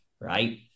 right